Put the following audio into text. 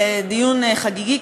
דיון חגיגי,